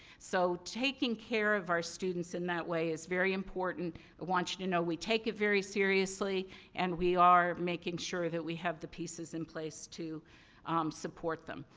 so, taking care of our students in that way is very important. i want you to know that we take it very seriously and we are making sure that we have the pieces in place to support them.